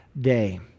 day